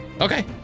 Okay